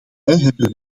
hebben